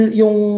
yung